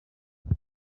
musi